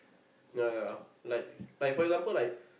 yeah yeah yeah like like for example like